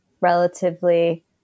relatively